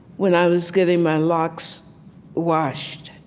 when i was getting my locks washed,